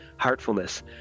heartfulness